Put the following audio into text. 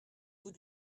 vous